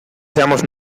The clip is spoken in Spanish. seamos